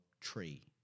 tree